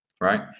Right